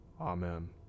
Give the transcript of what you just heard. Amen